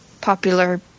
popular